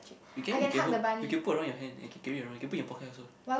you can you can hold you can put around your hand and can carry around you can put in your pocket also